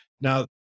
Now